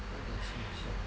where do I see myself eh